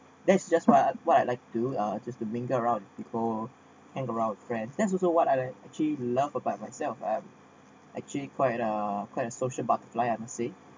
that's just what I what I like to do uh just to mingle around people mingle around friends that's also what I actually love about myself I'm actually quite uh quite a social butterfly I'm say